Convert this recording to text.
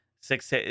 six